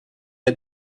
est